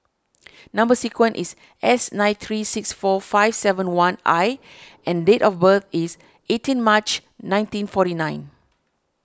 Number Sequence is S nine three six four five seven one I and date of birth is eighteen March nineteen forty nine